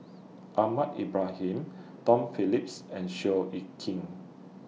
Ahmad Ibrahim Tom Phillips and Seow Yit Kin